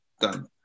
done